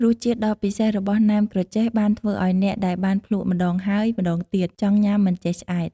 រសជាតិដ៏ពិសេសរបស់ណែមក្រចេះ បានធ្វើឱ្យអ្នកដែលបានភ្លក់ម្ដងហើយម្ដងទៀត ចង់ញ៉ាំមិនចេះឆ្អែត។